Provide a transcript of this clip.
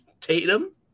Tatum